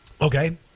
Okay